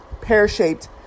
pear-shaped